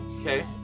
okay